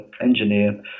engineer